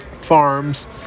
Farms